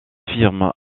firme